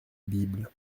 bible